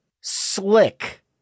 slick